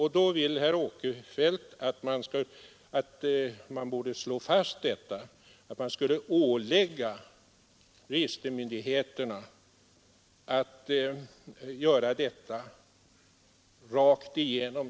Herr Åkerfeldt vill nu att det skall slås fast och att det skall åläggas registermyndigheterna att göra det så att säga rakt igenom.